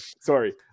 Sorry